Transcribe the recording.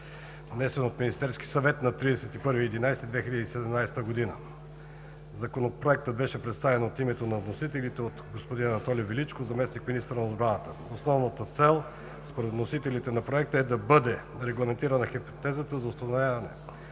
внесен от Министерски съвет на 31 ноември 2017 г. Законопроектът беше представен от името на вносителите от господин Анатолий Величков – заместник-министър на отбраната. Основната цел според вносителите на проекта е да бъде регламентирана хипотезата на установяване